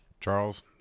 Charles